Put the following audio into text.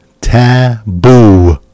taboo